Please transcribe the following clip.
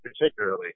particularly